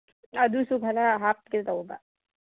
ꯑꯗꯨꯁꯨ ꯈꯔ ꯍꯥꯞꯀꯦ ꯇꯧꯕ